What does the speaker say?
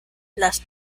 las